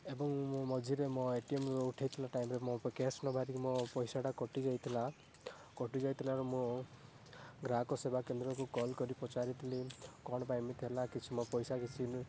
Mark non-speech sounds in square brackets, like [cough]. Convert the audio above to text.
ଏବଂ ମୁଁ ମଝିରେ ମୋ ଏଟିଏମରୁ ଉଠାଇଥିଲା ଟାଇମରେ ମୋ [unintelligible] କ୍ୟାସ ନ ବାହରିକି ମୋ ପଇସା ଟା କଟିଯାଇଥିଲା କଟିଯାଇଥିବାରୁ ମୁଁ ଗ୍ରାହକ ସେବା କେନ୍ଦ୍ରକୁ କଲ କରିକି ପଚାରିଥିଲି କ'ଣ ପାଇଁ ଏମିତି ହେଲା କିଛି ମୋ ପଇସା କିଛି